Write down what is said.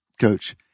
Coach